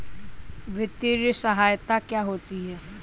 वित्तीय सहायता क्या होती है?